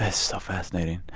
ah so fascinating.